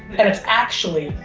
and it's actually,